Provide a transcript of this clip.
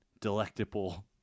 Delectable